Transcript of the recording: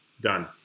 Done